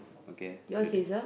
okay ready